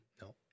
No